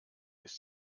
ist